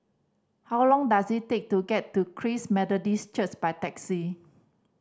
how long does it take to get to Christ Methodist Church by taxi